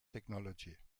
technology